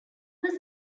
was